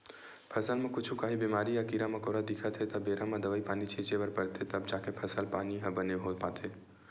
फसल म कुछु काही बेमारी या कीरा मकोरा दिखत हे त बेरा म दवई पानी छिते बर परथे तब जाके फसल पानी ह बने हो पाथे